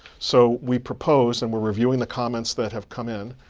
so we propose, and we're reviewing the comments that have come in.